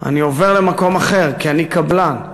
אני עובר למקום אחר, כי אני עובד קבלן.